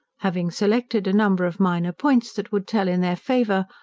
having selected a number of minor points that would tell in their favour,